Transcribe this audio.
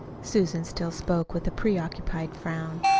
susan still spoke with a preoccupied frown.